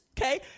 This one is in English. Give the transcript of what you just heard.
okay